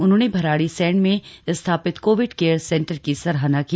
उन्होंने भराड़ीसैंण में स्थापित कोविड केयर सेंटर की सराहना की